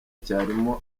cyarimo